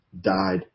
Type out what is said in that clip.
died